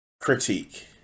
critique